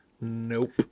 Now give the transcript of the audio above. nope